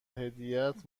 هدیهات